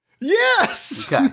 Yes